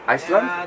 Iceland